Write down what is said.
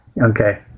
Okay